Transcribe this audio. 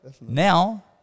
now